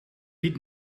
niet